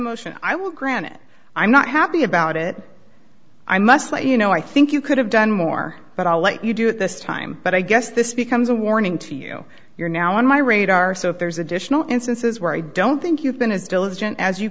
motion i will grant it i'm not happy about it i must let you know i think you could have done more but i'll let you do it this time but i guess this becomes a warning to you you're now on my radar so if there's additional instances where i don't think you've been as diligent as you